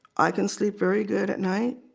i can sleep very good at night